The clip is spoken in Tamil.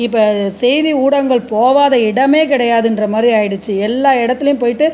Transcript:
இப்போ செய்தி ஊடகங்கள் போகாத இடமே கிடையாதுன்ற மாதிரி ஆகிடுச்சு எல்லா இடத்துலயும் போயிட்டு